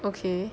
okay